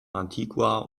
antigua